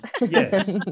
yes